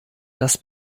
das